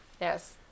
Yes